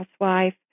housewife